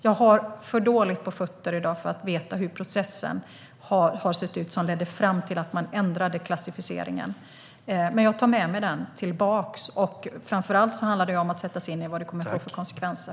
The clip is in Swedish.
Jag har för dåligt på fötterna i dag för att veta hur den process som ledde fram till att man ändrade klassificeringen har sett ut. Jag tar med mig frågan tillbaka. Framför allt handlar det om att sätta sig in i vad detta kommer att få för konsekvenser.